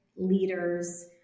leaders